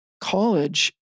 college